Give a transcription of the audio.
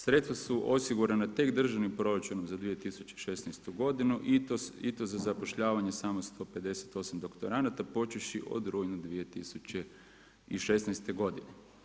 Sredstva su osigurana tek državnim proračunom za 2016. godinu i to za zapošljavanje samo 158 doktoranata počevši od rujna 2016. godine.